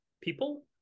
people